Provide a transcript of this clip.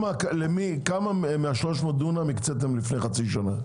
לכמה מה-300 דונם הקצאתם לפני חצי שנה?